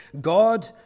God